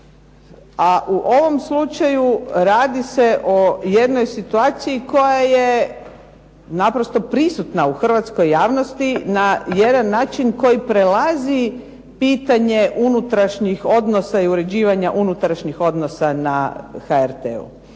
u ovom slučaju radi se o jednoj situaciji koja je naprosto prisutna u hrvatskoj javnosti na jedan način koji prelazi pitanje unutrašnjih odnosa i uređivanja unutrašnjih odnosa na HRT-u.